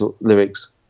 lyrics